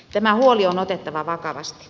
tämä huoli on otettava vakavasti